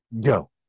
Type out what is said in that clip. Go